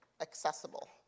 accessible